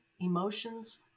emotions